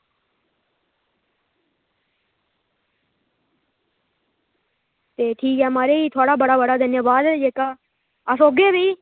एह् ठीक ऐ म्हाराज थुआढ़ा बड़ा बड़ा धन्यबाद अस औगे भी